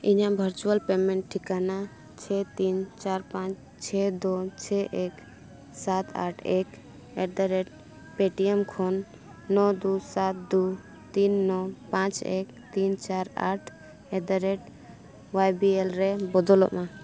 ᱤᱧᱟᱹᱜ virtual payment ᱴᱷᱤᱠᱟᱱᱟ ᱪᱷᱮᱭ ᱛᱤᱱ ᱪᱟᱨ ᱯᱟᱸᱪ ᱪᱷᱮ ᱫᱩᱭ ᱪᱷᱮ ᱮᱠ ᱥᱟᱛ ᱟᱴ ᱮᱠ at the rate P T M ᱠᱷᱚᱱ ᱱᱚ ᱫᱩᱭ ᱥᱟᱛ ᱫᱩᱭ ᱛᱤᱱ ᱱᱚ ᱯᱟᱸᱪ ᱮᱠ ᱛᱤᱱ ᱪᱟᱨ ᱟᱴ ᱮᱴᱫᱟᱼᱨᱮᱹᱴ ᱚᱣᱟᱭ ᱵᱤ ᱮᱞ ᱨᱮ ᱵᱚᱫᱚᱞᱚ ᱢᱮ